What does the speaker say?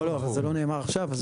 לא, זה לא נאמר עכשיו.